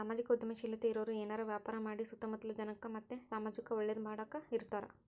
ಸಾಮಾಜಿಕ ಉದ್ಯಮಶೀಲತೆ ಇರೋರು ಏನಾರ ವ್ಯಾಪಾರ ಮಾಡಿ ಸುತ್ತ ಮುತ್ತಲ ಜನಕ್ಕ ಮತ್ತೆ ಸಮಾಜುಕ್ಕೆ ಒಳ್ಳೇದು ಮಾಡಕ ಇರತಾರ